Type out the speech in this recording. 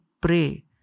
pray